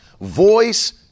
voice